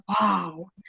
wow